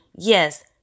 Yes